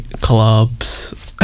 clubs